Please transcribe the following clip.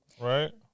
right